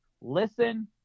listen